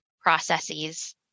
processes